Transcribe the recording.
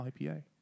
IPA